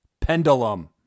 Pendulum